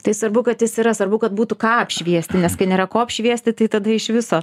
tai svarbu kad jis yra svarbu kad būtų ką apšviesti nes kai nėra ko apšviesti tai tada iš viso